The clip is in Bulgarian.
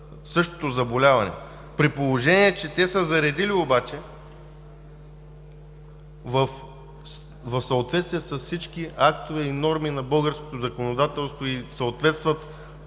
същото заболяване, при положение че те са заредили в съответствие с всички актове и норми на българското законодателство и това